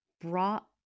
brought